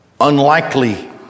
unlikely